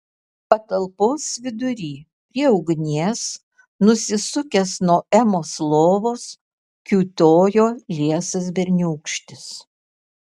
patalpos vidury prie ugnies nusisukęs nuo emos lovos kiūtojo liesas berniūkštis